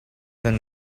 kan